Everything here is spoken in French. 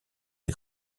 les